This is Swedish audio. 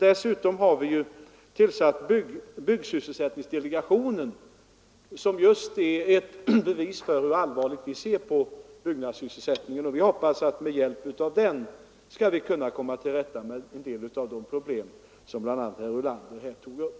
Dessutom har vi tillsatt byggsysselsättningsdelegationen, som är ett bevis för hur allvarligt vi ser på byggnadssysselsättningen. Vi hoppas med hjälp av den kunna komma till rätta med en del av de problem som bl.a. herr Ulander tagit upp.